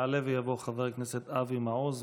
יעלה ויבוא חבר הכנסת אבי מעוז,